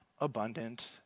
abundant